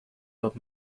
los